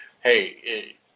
hey